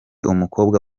umukobwa